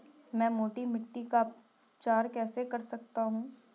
मैं मोटी मिट्टी का उपचार कैसे कर सकता हूँ?